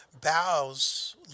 bows